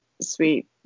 sweet